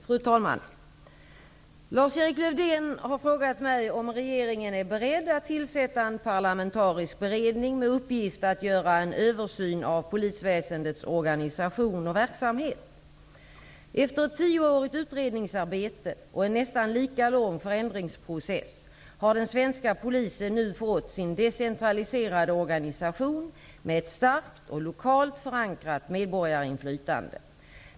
Fru talman! Lars-Erik Lövdén har frågat mig om regeringen är beredd att tillsätta en parlamentarisk beredning med uppgift att göra en översyn av Efter ett tioårigt utredningsarbete och en nästan lika lång förändringsprocess har den svenska Polisen nu fått sin decentraliserade organisation med ett starkt och lokalt förankrat medborgarinflytande.